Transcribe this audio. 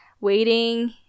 waiting